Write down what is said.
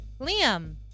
liam